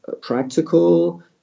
practical